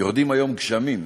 יורדים היום גשמים,